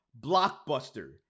Blockbuster